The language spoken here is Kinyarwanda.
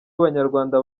abanyarwanda